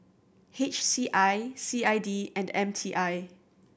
H C I C I D and M T I